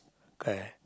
correct